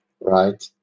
right